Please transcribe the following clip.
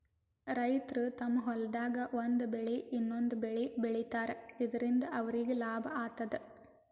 ರೈತರ್ ತಮ್ಮ್ ಹೊಲ್ದಾಗ್ ಒಂದ್ ಬೆಳಿ ಇನ್ನೊಂದ್ ಬೆಳಿ ಬೆಳಿತಾರ್ ಇದರಿಂದ ಅವ್ರಿಗ್ ಲಾಭ ಆತದ್